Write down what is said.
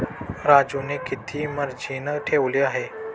राजूने किती मार्जिन ठेवले आहे?